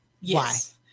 Yes